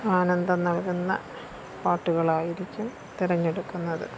ആനന്ദം നൽകുന്ന പാട്ടുകളായിരിക്കും തെരഞ്ഞെടുക്കുന്നത്